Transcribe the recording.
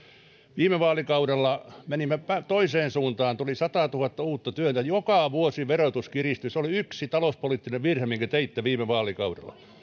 viime vaalikaudella menimme toiseen suuntaan tuli satatuhatta uutta työtöntä joka vuosi verotus kiristyi se oli yksi talouspoliittinen virhe minkä teitte viime vaalikaudella